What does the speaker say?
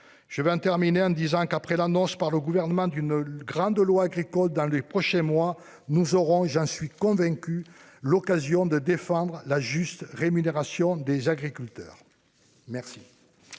les producteurs. Après l'annonce par le Gouvernement d'une grande loi agricole dans les prochains mois, nous aurons, j'en suis convaincu, l'occasion de défendre la juste rémunération des agriculteurs.